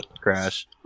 Crash